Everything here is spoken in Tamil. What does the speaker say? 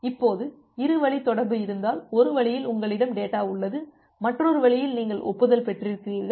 இப்போது இரு வழி தொடர்பு இருந்தால் ஒரு வழியில் உங்களிடம் டேட்டா உள்ளது மற்றொரு வழியில் நீங்கள் ஒப்புதல் பெற்றிருக்கிறீர்கள்